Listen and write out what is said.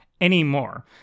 anymore